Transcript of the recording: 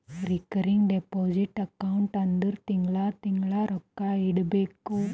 recurring deposit account ಅಂದುರ್ ತಿಂಗಳಾ ತಿಂಗಳಾ ರೊಕ್ಕಾ ಇಡಬೇಕು